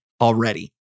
already